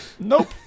Nope